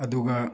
ꯑꯗꯨꯒ